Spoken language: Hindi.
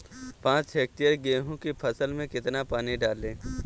पाँच हेक्टेयर गेहूँ की फसल में कितना पानी डालें?